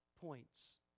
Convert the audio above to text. points